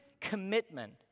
commitment